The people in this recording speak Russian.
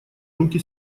руки